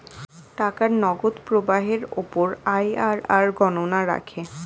টাকার নগদ প্রবাহের উপর আইআরআর গণনা রাখে